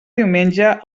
diumenge